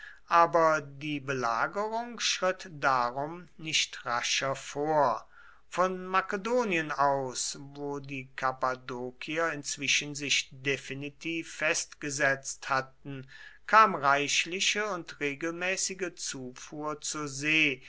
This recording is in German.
aber die belagerung schritt darum nicht rascher vor von makedonien aus wo die kappadokier inzwischen sich definitiv festgesetzt hatten kam reichliche und regelmäßige zufuhr zur see